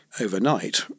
overnight